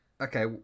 okay